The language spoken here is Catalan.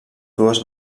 dues